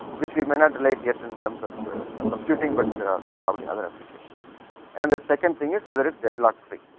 which we may not relate yet in terms of computing but there are probably other applications and the second thing is whether is dead lock free,